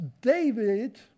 David